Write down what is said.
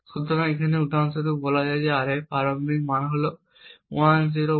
সুতরাং এখানে উদাহরণ স্বরূপ বলা যাক যে R এর প্রারম্ভিক মান হল 1011